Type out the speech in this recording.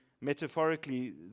metaphorically